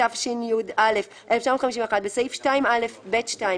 התשי"א 1951,בסעיף 2א(ב)(2),